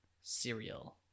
Cereal